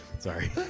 sorry